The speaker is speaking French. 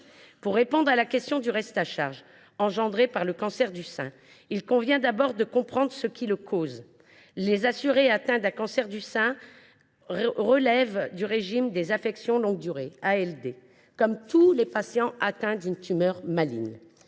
Pour répondre à la question du reste à charge lié à un cancer du sein, il convient d’abord d’en comprendre les causes. Les assurées atteintes de cette maladie relèvent du régime des affections de longue durée, comme tous les patients atteints d’une tumeur maligne.